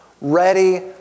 ready